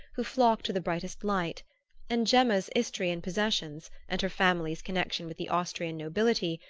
who flock to the brightest light and gemma's istrian possessions, and her family's connection with the austrian nobility,